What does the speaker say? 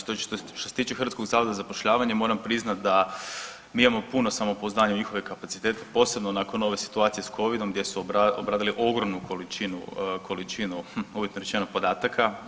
Što se tiče Hrvatskog zavoda za zapošljavanje moram priznati da mi imamo puno samopouzdanja u njihove kapacitete posebno nakon ove situacije sa covidom gdje su obradili ogromnu količinu uvjetno rečeno podataka.